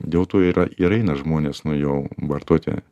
dėl to yra ir eina žmonės nu jau vartoti